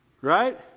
Right